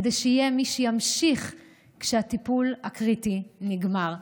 כדי שיהיה מי שימשיך כשהטיפול הקריטי נגמר.